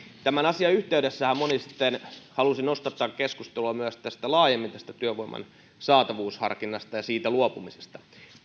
tämän asian yhteydessähän moni sitten halusi nostattaa keskustelua myös laajemmin tästä työvoiman saatavuusharkinnasta ja siitä luopumisesta